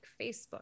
Facebook